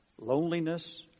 loneliness